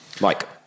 Mike